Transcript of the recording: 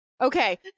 Okay